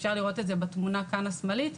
אפשר לראות את זה בתמונה השמאלית כאן,